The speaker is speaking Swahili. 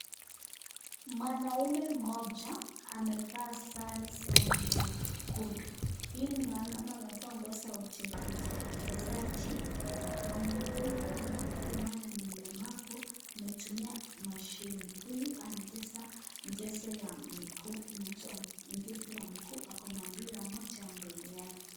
Mwanaume mmoja amevaa sare za nyekundu. Hii ni mwanaume amevaa nguo za uchezaji. Mwanaume huyu hana mguu maana ni mlemavu ametumia mashini. Huyu anacheza mchezo ya mguu ako na mpira moja mbele yake.